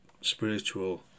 spiritual